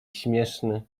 śmieszny